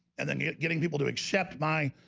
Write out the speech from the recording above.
and then you know getting people to accept my